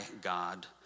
God